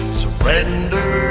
surrender